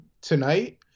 tonight